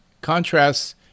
contrasts